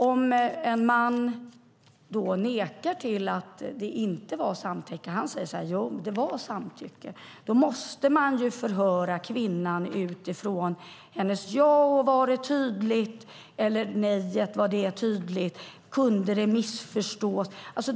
Om en man nekar till att det inte var samtycke och säger att det var samtycke måste man förhöra kvinnan utifrån hennes ja och om det var tydligt eller utifrån hennes nej och om det var tydligt. Kunde det missförstås?